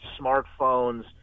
smartphones